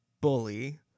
bully